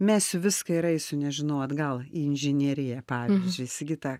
mesiu viską ir eisiu nežinau atgal į inžineriją pavyzdžiui sigita